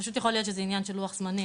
פשוט יכול להיות שזה עניין של לוח זמנים,